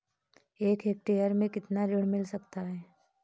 एक हेक्टेयर में कितना ऋण मिल सकता है?